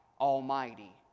Almighty